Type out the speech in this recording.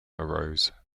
arose